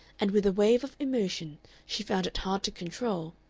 and with a wave of emotion she found it hard to control,